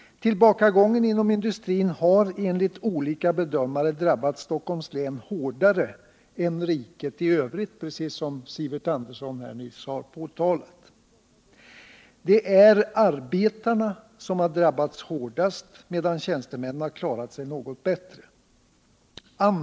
Tillbakagången inom industrin har enligt olika bedömare drabbat Stockholms län hårdare än riket i övrigt, precis som Sivert Andersson nyss har påtalat. Det är arbetarna som har drabbats hårdast, medan tjänstemännen har klarat sig något bättre.